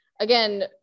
again